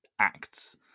acts